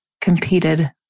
competed